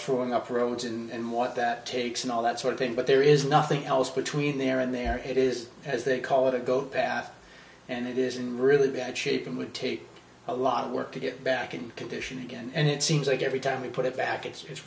shoring up roads and what that takes and all that sort of thing but there is nothing else between there and there it is as they call it a go bath and it isn't really that shaping would take a lot of work to get back in condition again and it seems like every time we put it back it's